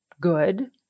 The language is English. good